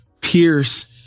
Pierce